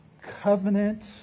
covenant